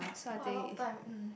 [wah] a lot of time um